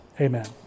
amen